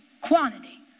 quantity